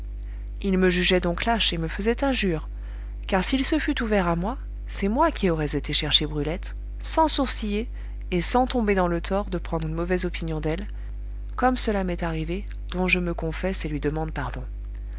il me jugeait donc lâche et me faisait injure car s'il se fût ouvert à moi c'est moi qui aurais été chercher brulette sans sourciller et sans tomber dans le tort de prendre une mauvaise opinion d'elle comme cela m'est arrivé dont je me confesse et lui demande pardon